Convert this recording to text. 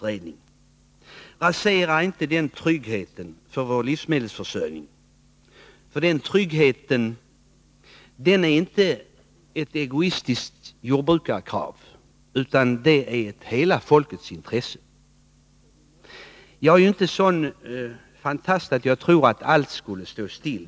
Rasera inte den trygghet dessa ger för vår livsmedelsförsörjning! Den tryggheten är inte ett egoistiskt jordbrukarkrav, utan den är ett hela folkets intresse. Jag är inte en sådan fantast att jag tror att allt skulle stå still.